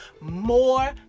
more